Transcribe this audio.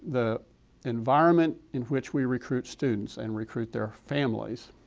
the environment in which we recruit students and recruit their families,